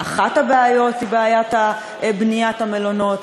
אחת הבעיות היא בעיית בניית המלונות.